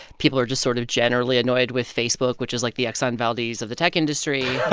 people are just sort of generally annoyed with facebook, which is, like, the exxon valdez of the tech industry.